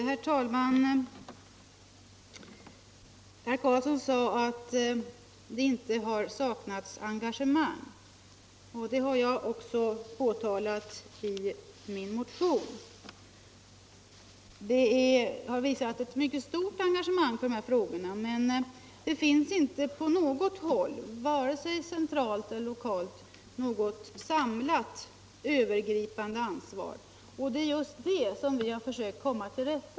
Herr talman! Herr Karlsson i Huskvarna sade att det inte har saknats engagemang, och det har jag också påpekat i min motion. Det har visats ett mycket stort engagemang för dessa frågor, men det finns inte på något håll, varken centralt eller lokalt, något samlat övergripande ansvar. Det är just det förhållandet som vi har försökt komma till rätta med.